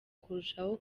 kurushaho